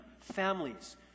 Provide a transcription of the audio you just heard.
families